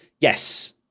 Yes